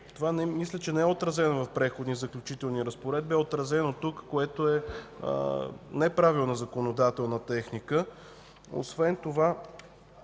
Това не е отразено в Преходните и заключителните разпоредби, а е отразено тук, което е неправилна законодателна техника. Освен това